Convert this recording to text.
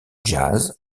jazz